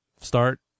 start